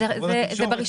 זה ברישיון.